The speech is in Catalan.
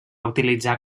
utilitzar